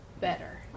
better